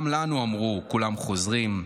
גם לנו אמרו 'כולם חוזרים,